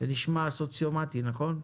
זה נשמע סוציומטי, נכון?